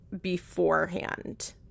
beforehand